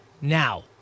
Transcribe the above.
Now